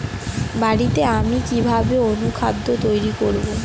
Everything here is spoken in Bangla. বাড়িতে আমি কিভাবে অনুখাদ্য তৈরি করব?